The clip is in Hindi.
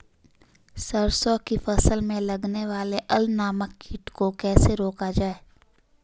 सरसों की फसल में लगने वाले अल नामक कीट को कैसे रोका जाए?